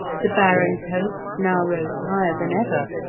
the baron's hopes now rose higher than ever,